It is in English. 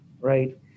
right